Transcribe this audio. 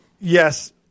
yes